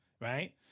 right